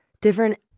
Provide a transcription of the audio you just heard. different